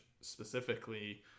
specifically